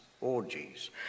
orgies